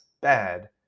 bad